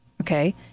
okay